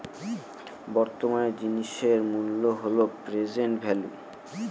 বর্তমান জিনিসের মূল্য হল প্রেসেন্ট ভেল্যু